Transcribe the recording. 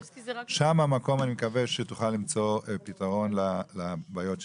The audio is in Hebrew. שם המקום שתוכל למצוא פתרון לבעיות שהעלית.